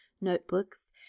notebooks